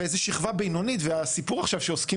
ואיזו שכבה בינונית והסיפור שעכשיו עוסקים